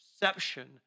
perception